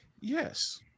yes